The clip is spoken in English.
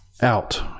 out